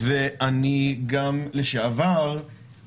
אני גם אתייחס לסיפור הזה